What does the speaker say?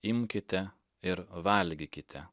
imkite ir valgykite